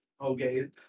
Okay